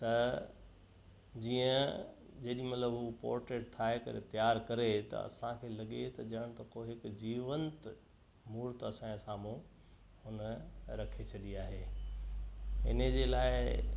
जीअं जेॾी महिल हू पोर्ट्रेट ठाहे करे तयारु करे त असांखे लॻे ॼाण त को हिकु जीवंत मुर्त असांजे साम्हूं हुन रखी छॾी आहे इन जे लाइ